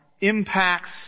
impacts